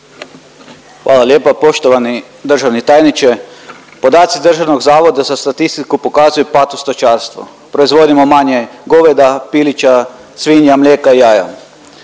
Hvala lijepa. Poštovani državni tajniče, podaci Državnog zavoda za statistiku pokazuju pad u stočarstvu. Proizvodimo manje goveda, pilića, svinja, mlijeka i jaja.